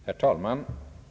Herr talman!